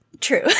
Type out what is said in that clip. true